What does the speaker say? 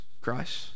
Christ